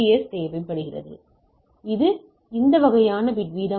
எனவே இது இந்த வகைக்கான பிட் வீதமாகும்